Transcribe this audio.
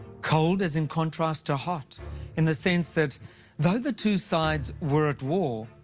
cold as in contrast to hot in the sense that though the two sides were at war,